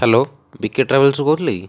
hello BK ଟ୍ରାଭେଲ୍ସ୍ରୁ କହୁଥିଲେ କି